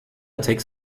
takes